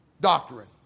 doctrine